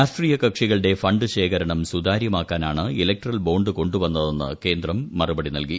രാഷ്ട്രീയ കക്ഷികളുടെ ഫണ്ട് ശേഖരണം സുതാര്യമാക്കാനാണ് ഇലക്ടറൽ ബോണ്ട് കൊണ്ടുവന്നതെന്ന് കേന്ദ്രം മറുപടി നൽകി